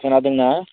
खोनादों ना